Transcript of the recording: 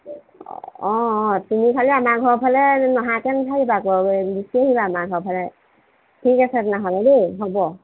অঁ অঁ তুমি খালী আমাৰ ঘৰৰ ফালে নহাকৈ নাথাকিবা আকৌ গুচি আহিবা আমাৰ ঘৰৰ ফালে ঠিক আছে তেনেহ'লে দেই হ'ব